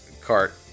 cart